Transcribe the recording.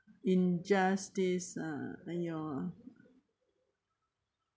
in justice ah !aiyo!